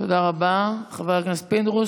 תודה רבה, חבר הכנסת פינדרוס.